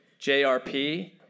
JRP